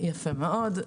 יפה מאוד.